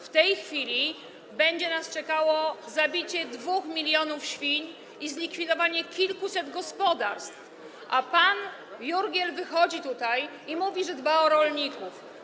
W tej chwili będzie nas czekało zabicie 2 mln świń i zlikwidowanie kilkuset gospodarstw, a pan Jurgiel wychodzi tutaj i mówi, że dba o rolników.